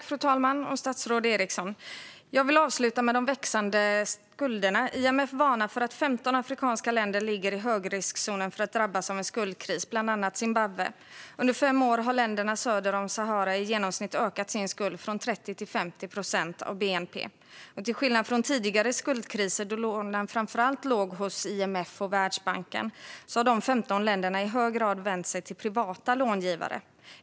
Fru talman och statsrådet Eriksson! Jag vill avsluta med att säga något om de växande skulderna. IMF varnar för att 15 afrikanska länder, bland andra Zimbabwe, ligger i högriskzonen för att drabbas av en skuldkris. Under fem år har länderna söder om Sahara i genomsnitt ökat sin skuld från 30 till 50 procent av bnp. Till skillnad från tidigare skuldkriser, då lånen framför allt låg hos IMF och Världsbanken, har dessa 15 länder i hög grad vänt sig till privata långivare.